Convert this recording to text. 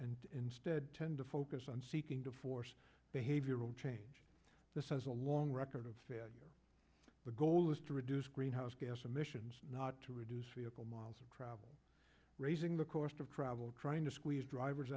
and instead tend to focus on seeking to force behavioral change this has a long record of failure the goal is to reduce greenhouse gas emissions not to reduce vehicle miles of travel raising the cost of travel trying to squeeze drivers